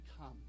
come